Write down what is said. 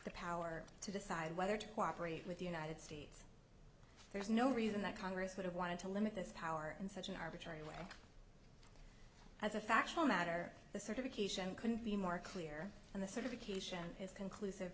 the power to decide whether to cooperate with the united states there's no reason that congress would have wanted to limit this power in such an arbitrary way as a factual matter the certification couldn't be more clear and the certification is conclusive